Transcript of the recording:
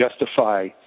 justify